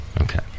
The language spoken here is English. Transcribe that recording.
Okay